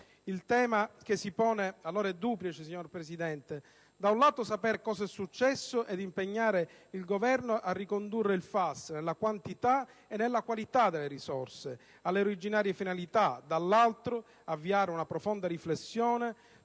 Il tema che si pone è allora duplice, signora Presidente: da un lato sapere cosa è successo ed impegnare il Governo a ricondurre il FAS, nella quantità e nella qualità delle risorse, alle originarie finalità, dall'altro avviare una profonda riflessione